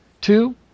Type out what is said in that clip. Two